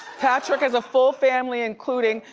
patrick has a full family including,